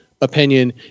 opinion